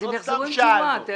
הם יחזרו עם תשובה.